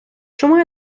чому